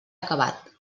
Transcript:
acabat